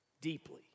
deeply